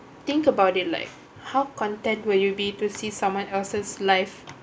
think about it like how content will you be to see someone else's life